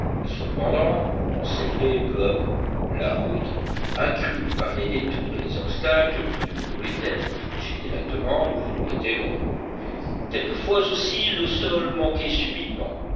cependant on s'élevait peu à peu la route accrue par des détours et des obstacles qui ne pouvaient être franchis directement était longue quelquefois aussi le sol manquait subitement